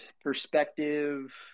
perspective